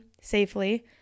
safely